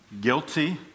guilty